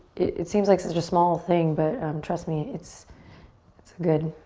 it seems like such a small thing, but um trust me, it's it's good.